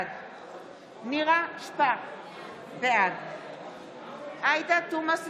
בעד נירה שפק, בעד עאידה תומא סלימאן,